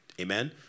Amen